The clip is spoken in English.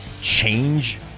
change